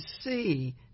see